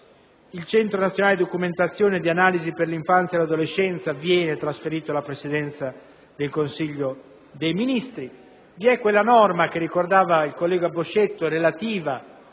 Il Centro nazionale documentazione ed analisi per l'infanzia e l'adolescenza viene trasferito alla Presidenza del Consiglio dei ministri. Vi è, inoltre, la norma che ricordava il collega Boscetto, relativa